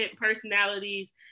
personalities